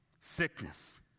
sickness